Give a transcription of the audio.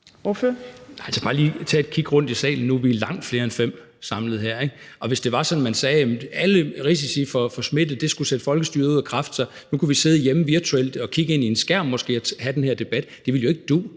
bare lige at tage et kig rundt i salen. Vi er langt flere end fem samlet her. Hvis det var sådan, at man sagde, at enhver risiko for smitte skulle sætte folkestyret ud af kraft, så kunne vi sidde hjemme nu og kigge ind i en skærm og have den her debat virtuelt. Det ville jo ikke du.